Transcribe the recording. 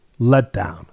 letdown